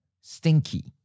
stinky